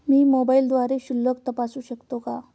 मी मोबाइलद्वारे शिल्लक तपासू शकते का?